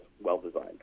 well-designed